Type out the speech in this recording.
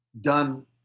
done